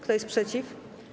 Kto jest przeciw?